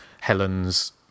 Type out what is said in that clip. Helen's